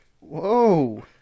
Whoa